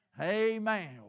Amen